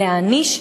להעניש,